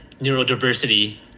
neurodiversity